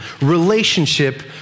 relationship